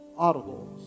Audibles